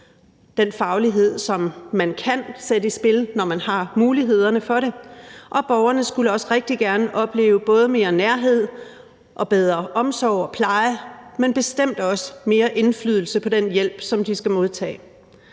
den faglighed, som man kan sætte i spil, når man har mulighederne for det, og borgerne skulle også rigtig gerne opleve både mere nærhed og bedre omsorg og pleje, men bestemt også mere indflydelse på den hjælp, som de skal modtage.